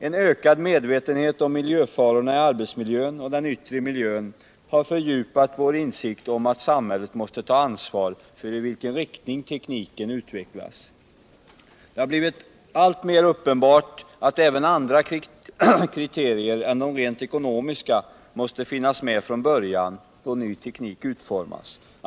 En ökad medvetenhet om miljöfarorna i arbetsmiljön och den yttre miljön har fördjupat vår insikt om att samhället måste ta ansvar för i vilken riktning tekniken utvecklas. Det har blivit alltmer uppenbart, att även andra kriterier än de rent ekonomiska måste finnas med från början då ny teknik utformas.